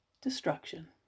destruction